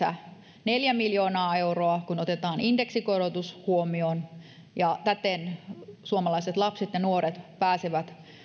lisää yhteensä neljä miljoonaa euroa kun otetaan indeksikorotus huomioon ja täten suomalaiset lapset ja nuoret pääsevät